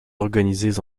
organisées